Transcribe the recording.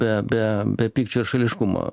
be be be pykčio ir šališkumo